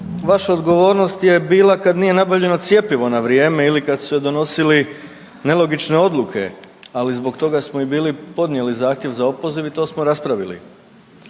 vaša odgovornost je bila kada nije nabavljeno cjepivo na vrijeme ili kada su se donosile nelogične odluke. Ali zbog toga smo i bili podnijeli zahtjev za opoziv i to smo raspravili.